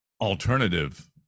alternative